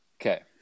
Okay